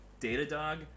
Datadog